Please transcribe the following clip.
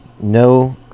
no